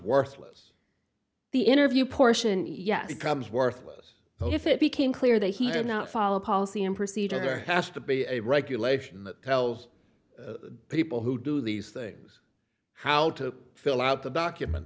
worthless the interview portion yes becomes worthless if it became clear that he did not follow policy and procedure there has to be a regulation that tells people who do these things how to fill out the document